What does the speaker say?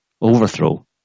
overthrow